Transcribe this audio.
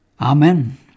Amen